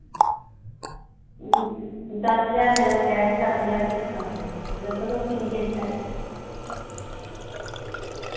दस ज्हार देना कैश दस ज्हार किश्तां दस्सो तुस किन्नी किश्त ऐ